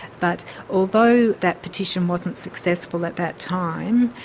but although that petition wasn't successful at that time,